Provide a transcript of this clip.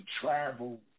travel